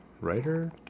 writer